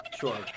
sure